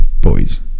boys